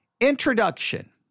Introduction